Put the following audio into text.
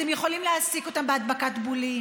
אתם יכולים להעסיק אותם בהדבקת בולים.